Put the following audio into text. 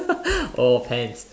oh pens